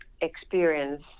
experience